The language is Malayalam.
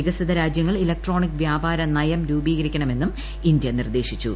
വികസിത രാജ്യങ്ങൾ ഇലക്ട്രോണിക് വ്യാപ്രിരിന്യം രൂപീകരിക്കണമെന്നും ഇന്ത്യ നിർദ്ദേശിച്ചു